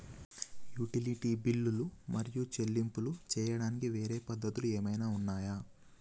Utility బిల్లులు మరియు చెల్లింపులు చేయడానికి వేరే పద్ధతులు ఏమైనా ఉన్నాయా?